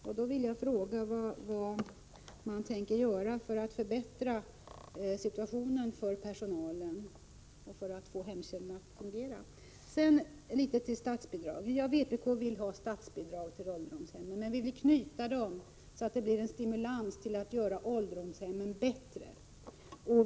Vpk vill att statsbidrag skall utgå till ålderdomshemmen, men bidraget skall utformas så att det utgör en stimulans till att förbättra ålderdomshemmen.